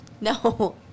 No